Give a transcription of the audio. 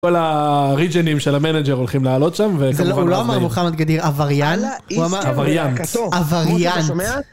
כל הריג'נים של המנאג'ר הולכים לעלות שם וכמובן הוא לא אמר מוחמד גדיר אבריאן הוא אמר אבריאן אבריאן